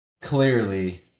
clearly